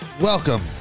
Welcome